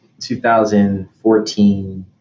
2014